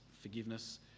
forgiveness